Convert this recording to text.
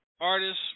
artists